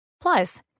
Plus